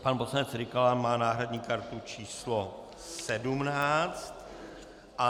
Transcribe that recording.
Pan poslanec Rykala má náhradní kartu číslo 17.